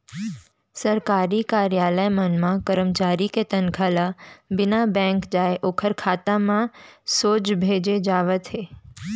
सरकारी कारयालय मन म करमचारी के तनखा ल बिना बेंक जाए ओखर खाता म सोझ भेजे जावत हे